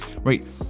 right